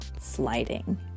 sliding